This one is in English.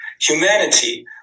Humanity